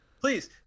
please